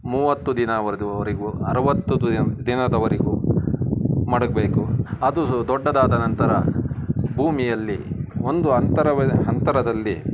ಮೂವತ್ತು ದಿನವದುವರೆಗೂ ಅರವತ್ತು ದಿನ ದಿನದವರೆಗೂ ಮಡಗಬೇಕು ಅದು ದೊಡ್ಡದಾದ ನಂತರ ಭೂಮಿಯಲ್ಲಿ ಒಂದು ಅಂತರವ ಅಂತರದಲ್ಲಿ